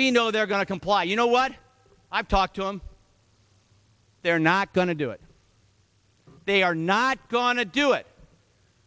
we know they're going to comply you know what i've talked to them they're not going to do it they are not going to do it